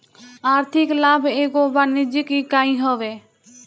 आर्थिक लाभ एगो वाणिज्यिक इकाई हवे